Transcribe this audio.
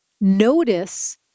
notice